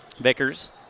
Vickers